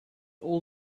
all